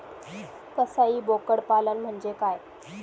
कसाई बोकड पालन म्हणजे काय?